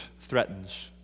threatens